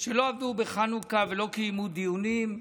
לא עבדו בחנוכה ולא קיימו דיונים.